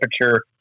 temperature